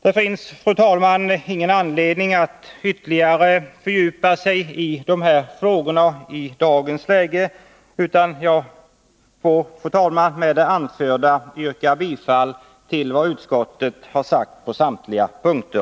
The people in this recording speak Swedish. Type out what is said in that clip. Det finns, fru talman, ingen anledning att ytterligare fördjupa sig i dessa frågor utan jag får, fru talman, med det anförda yrka bifall till utskottets hemställan på samtliga punkter.